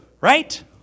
right